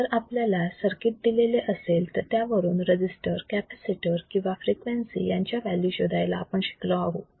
जर आपल्याला सर्किट दिलेले असेल तर त्यावरून रजिस्टर कॅपॅसिटर किंवा फ्रिक्वेन्सी यांच्या व्हॅल्यू शोधायला आपण शिकलो आहोत